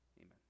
Amen